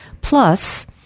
plus